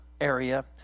area